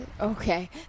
Okay